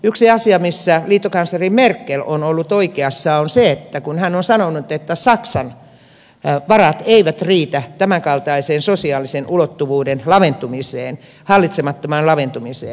yksi asia missä liittokansleri merkel on ollut oikeassa on se kun hän on sanonut että saksan varat eivät riitä tämänkaltaiseen sosiaalisen ulottuvuuden laventumiseen hallitsemattomaan laventumiseen